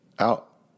out